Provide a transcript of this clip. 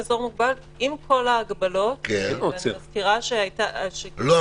ואני מזכירה --- אין עוצר.